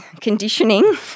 conditioning